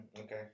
okay